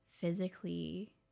Physically